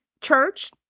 church